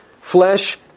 flesh